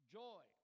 joy